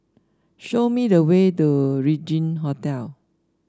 show me the way to Regin Hotel